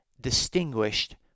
distinguished